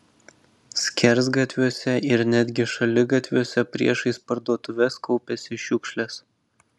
skersgatviuose ir netgi šaligatviuose priešais parduotuves kaupėsi šiukšlės